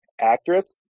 actress